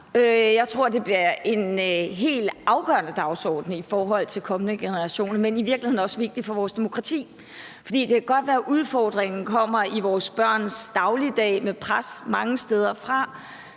Jeg tror, at det bliver en helt afgørende dagsorden i forhold til kommende generationer, men det er i virkeligheden også vigtigt for vores demokrati. Det kan godt være, at udfordringen kommer i vores børns dagligdag, hvor der er pres mange steder fra,